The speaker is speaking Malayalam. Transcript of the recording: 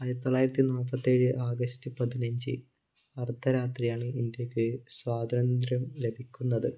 ആയിരത്തി തൊള്ളായിരത്തി നാൽപ്പത്തിയേഴ് ആഗസ്ത് പതിനഞ്ച് അർദ്ധരാത്രിയാണ് ഇന്ത്യക്ക് സ്വാതന്ത്ര്യം ലഭിക്കുന്നത്